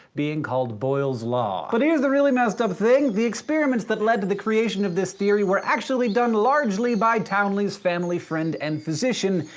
being called boyle's law. but here's the really messed up thing the experiments that led to the creation of this theory were actually done largely by towneley's family friend and physician,